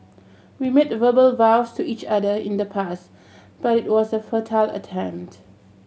we made verbal vows to each other in the past but it was a futile attempt